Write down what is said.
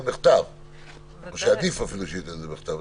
בכתב או שעדיף אפילו שהוא ייתן את זה בכתב.